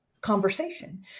conversation